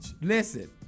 Listen